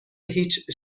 هیچ